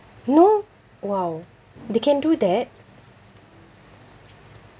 no !wow! they can do that